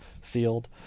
sealed